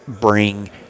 bring